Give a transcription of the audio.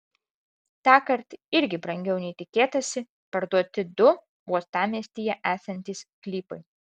tąkart irgi brangiau nei tikėtasi parduoti du uostamiestyje esantys sklypai